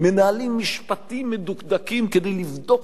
מדוקדקים כדי לבדוק את הזכויות בקרקע?